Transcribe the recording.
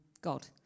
God